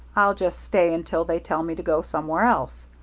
i'll just stay until they tell me to go somewhere else.